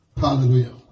Hallelujah